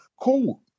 cool